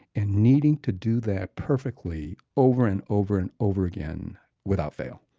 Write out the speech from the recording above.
and needing to do that perfectly over and over and over again without fail.